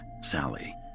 Sally